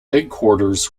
headquarters